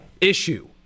issue